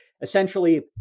Essentially